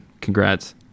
Congrats